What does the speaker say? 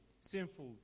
sinful